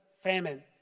famine